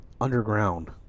underground